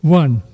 one